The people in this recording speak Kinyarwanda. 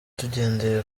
tugendeye